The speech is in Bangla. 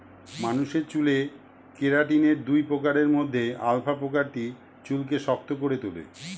মানুষের চুলে কেরাটিনের দুই প্রকারের মধ্যে আলফা প্রকারটি চুলকে শক্ত করে তোলে